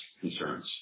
concerns